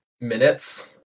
minutes